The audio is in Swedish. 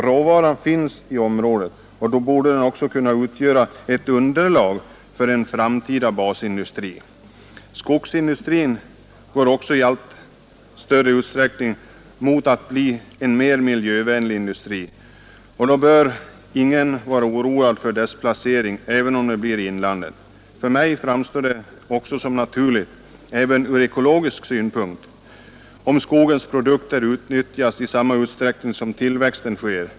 Råvaran nm finns i området, och då borde den också kunna utgöra ett underlag för en framtida basindustri. Skogsindustrin går också i allt större utsträckning mot att bli en mer miljövänlig industri. Då bör ingen vara oroad för dess placering, även om det blir i inlandet. För mig framstår det också som naturligt, även från ekologisk synpunkt, att skogens produkter utnyttjas i samma utsträckning som tillväxten sker.